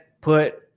put